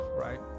right